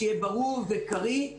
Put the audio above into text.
שיהיה ברור וקריא.